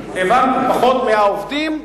העובדים ירדו.